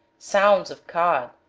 sounds of cod,